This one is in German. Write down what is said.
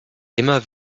immer